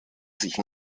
sich